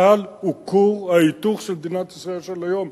צה"ל הוא כור ההיתוך של מדינת ישראל של היום,